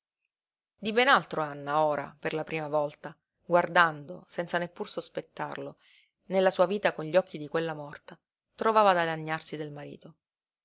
di ben altro anna ora per la prima volta guardando senza neppur sospettarlo nella sua vita con gli occhi di quella morta trovava da lagnarsi del marito